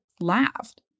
laughed